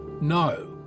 No